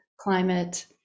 climate